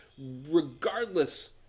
regardless